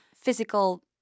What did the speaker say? physical